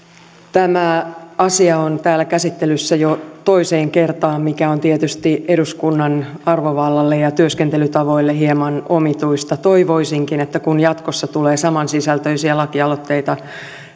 tämä asia on täällä käsittelyssä jo toiseen kertaan mikä on tietysti eduskunnan arvovallalle ja työskentelytavoille hieman omituista toivoisinkin että kun jatkossa tulee samansisältöisiä lakialoitteita